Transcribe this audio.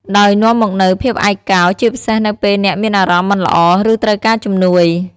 ដោយនាំមកនូវ ភាពឯកកោ ជាពិសេសនៅពេលអ្នកមានអារម្មណ៍មិនល្អ ឬត្រូវការជំនួយ។